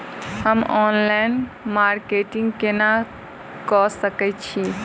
हम online marketing केना कऽ सकैत छी?